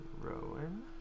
Rowan